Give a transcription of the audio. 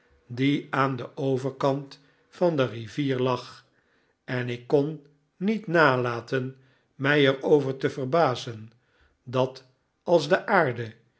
die aan den overkant van de rivier lag en ik kon niet nalaten mij er over te verbazen dat als de aarde